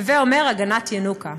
הווי אומר, הגנת ינוקא.